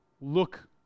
look